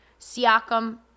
Siakam